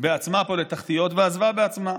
בעצמה פה לתחתיות ועזבה בעצמה.